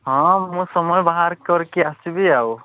ହଁ ମୁଁ ସମୟ ବାହାର କରିକି ଆସିବି ଆଉ